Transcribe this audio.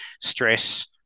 stress